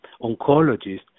oncologist